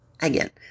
Again